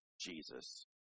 Jesus